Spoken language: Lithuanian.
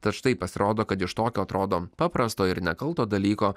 tad štai pasirodo kad iš tokio atrodo paprasto ir nekalto dalyko